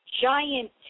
giant